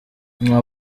nta